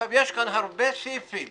יש כאן הרבה סעיפים